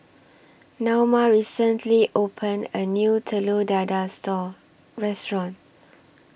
Naoma recently opened A New Telur Dadah Restaurant